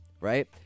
right